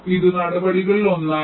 ഇത് നടപടികളിൽ ഒന്നായിരുന്നു